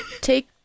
Take